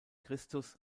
christus